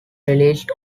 released